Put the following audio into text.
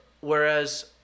whereas